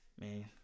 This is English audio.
Man